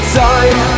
time